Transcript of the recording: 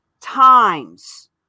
times